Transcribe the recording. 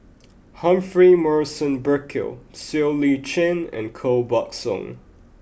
Humphrey Morrison Burkill Siow Lee Chin and Koh Buck Song